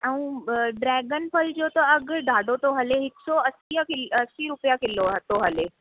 ऐं ड्रैगन फल जो त अघु ॾाढो थो हले हिकु सौ असींअ असीं रुपया किलो थो हले